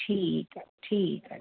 ठीकु आहे ठीकु आहे